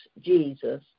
Jesus